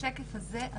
בשקף הזה,